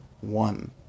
one